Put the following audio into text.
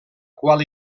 qual